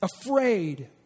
afraid